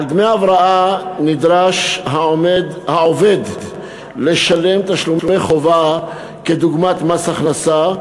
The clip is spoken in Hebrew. על דמי הבראה נדרש העובד לשלם תשלומי חובה כדוגמת מס הכנסה,